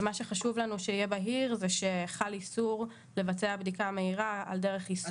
ומה שחשוב לנו שיהיה בהיר זה שחל איסור לבצע בדיקה מהירה על דרך עיסוק.